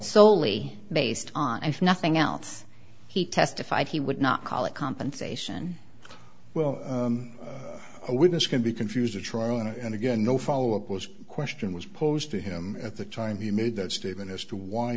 soley based on if nothing else he testified he would not call it compensation well a witness can be confused at trial and again no followup was question was posed to him at the time he made that statement as to why